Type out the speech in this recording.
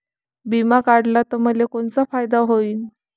बिमा काढला त मले कोनचा फायदा होईन?